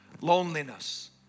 loneliness